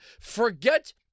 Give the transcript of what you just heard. Forget